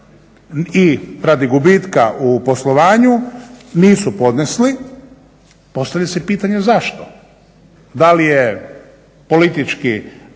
i radi gubitka u poslovanju nisu podnesli. Postavlja se pitanje zašto? Da li je politički